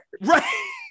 right